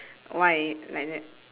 why like that